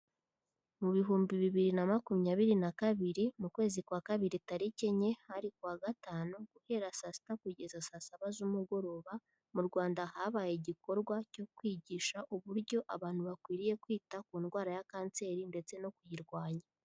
Mu bihumbi bibiri na makumyabiri na kabiri, mu kwezi kwa kabiri tariki enye, hari kuwa gatanu, guhera saa sita kugeza saa saba z'umugoroba, mu Rwanda habaye igikorwa cyo kwigisha uburyo abantu bakwiriye kwita ku ndwara ya kanseri ndetse no kuyirwanya.